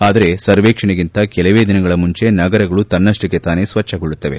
ಆದರೆ ಸರ್ವೇಕ್ಷಣೆಗಿಂತ ಕೆಲವೇ ದಿನಗಳ ಮುಂಚೆ ನಗರಗಳು ತನ್ನಷ್ಟಕ್ಕೆ ತಾನೆ ಸ್ವಚ್ಛಗೊಳ್ಳುತ್ತವೆ